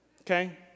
okay